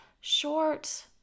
short